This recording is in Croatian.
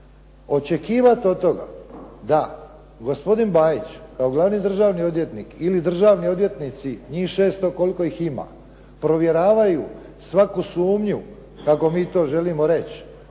Očekivati od toga da gospodin Bajić kao glavni državni odvjetnik ili državni odvjetnici njih 600 koliko ih ima provjeravaju svaku sumnju kako mi to želimo reći,